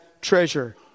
treasure